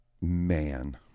man